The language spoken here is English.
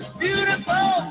beautiful